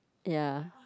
ya